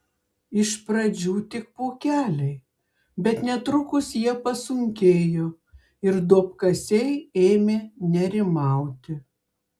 iš pradžių tik pūkeliai bet netrukus jie pasunkėjo ir duobkasiai ėmė nerimauti